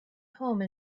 home